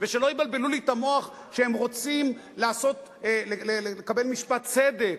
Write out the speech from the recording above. ושלא יבלבלו לי את המוח שהם רוצים לקבל משפט צדק.